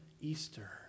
Easter